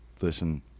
Listen